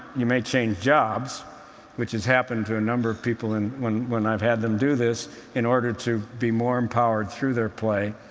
you may change jobs which has happened to a number people when when i've had them do this in order to be more empowered through their play.